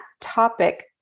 topic